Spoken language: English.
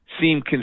seem